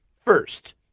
First